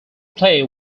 play